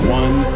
one